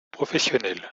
professionnel